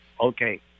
okay